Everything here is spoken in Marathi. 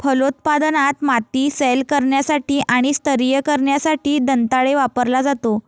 फलोत्पादनात, माती सैल करण्यासाठी आणि स्तरीय करण्यासाठी दंताळे वापरला जातो